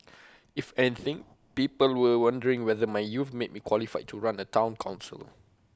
if anything people were wondering whether my youth made me qualified to run A Town Council